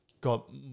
got